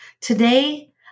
Today